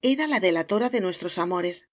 era la delatora de núestros amores